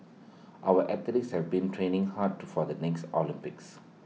our athletes have been training hard to for the next Olympics